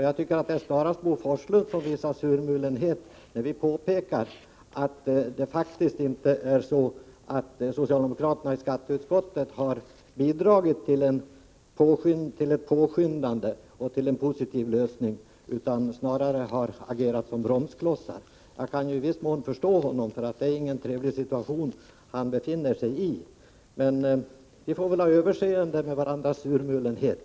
Jag tycker att det snarast är Bo Forslund som visar surmulenhet när vi påpekar att det faktiskt inte är så att socialdemokraterna i skatteutskottet har bidragit till en snabb och positiv lösning, utan snarare agerat som bromsklossar. Jag kan i viss mån förstå Bo Forslund, eftersom det naturligtvis inte är någon trevlig situation han befinner sig i. Vi får väl ha överseende med varandras surmulenhet.